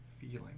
feeling